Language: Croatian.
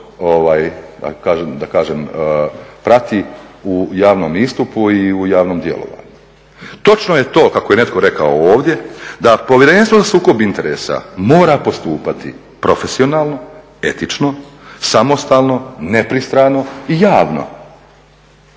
da kažem, prati u javnom istupu i u javnom djelovanju. Točno je to, kako je netko rekao ovdje, da Povjerenstvo za sukob interesa mora postupati profesionalno, etično, samostalno, nepristrano i javno,